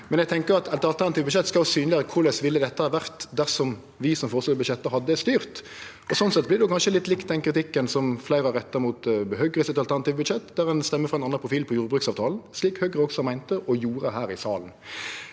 Eg tenkjer at eit alternativt budsjett skal synleggjere korleis dette ville ha vore dersom vi som føreslår budsjettet, hadde styrt. Slik sett er det litt likt den kritikken som fleire har retta mot Høgres alternative budsjett, der ein stemmer for ein annan profil på jordbruksavtalen, slik Høgre også gjorde her i salen.